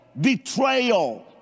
betrayal